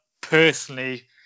personally